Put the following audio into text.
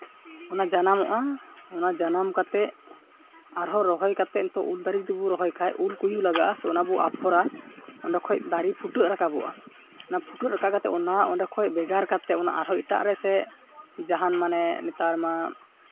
ᱚᱱᱟ ᱡᱟᱱᱟᱢᱚᱜᱼᱟ ᱚᱱᱟ ᱡᱟᱱᱟᱢ ᱠᱟᱛᱮ ᱟᱨᱦᱚᱸ ᱨᱚᱦᱚᱭ ᱠᱟᱛᱮ ᱱᱤᱛᱚᱜ ᱩᱞ ᱫᱟᱨᱮ ᱡᱚᱫᱤ ᱵᱚᱱ ᱨᱚᱦᱚᱭ ᱠᱷᱟᱡ ᱩᱞ ᱠᱩᱭᱩ ᱞᱟᱜᱟᱜᱼᱟ ᱚᱱᱟ ᱵᱚᱱ ᱟᱯᱷᱚᱨᱟ ᱚᱸᱰᱮ ᱠᱷᱚᱡ ᱫᱟᱨᱮ ᱯᱷᱩᱴᱟᱹᱣ ᱨᱟᱠᱟᱵᱚᱜᱼᱟ ᱚᱱᱟ ᱯᱷᱩᱴᱟᱹᱣ ᱨᱟᱠᱟᱵ ᱠᱟᱛᱮ ᱱᱚᱣᱟ ᱚᱸᱰᱮ ᱠᱷᱚᱡ ᱵᱷᱮᱜᱟᱨ ᱠᱟᱛᱮ ᱚᱱᱟ ᱟᱨᱦᱚᱸ ᱮᱴᱟᱜ ᱨᱮᱥᱮ ᱡᱟᱦᱟᱱ ᱢᱚᱱᱮ ᱱᱮᱛᱟᱨ ᱢᱟ